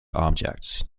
objects